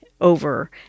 over